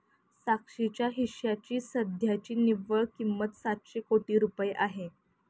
साक्षीच्या हिश्श्याची सध्याची निव्वळ किंमत सातशे कोटी रुपये आहे